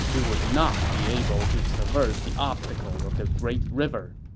we would not be able to traverse the obstacle of the great river.